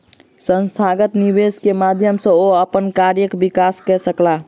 संस्थागत निवेश के माध्यम सॅ ओ अपन कार्यक विकास कय सकला